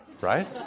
right